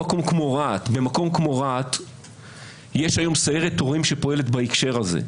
במקום כמו רהט יש היום סיירת הורים שפועלת בהקשר הזה,